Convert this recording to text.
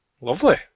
Lovely